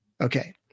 Okay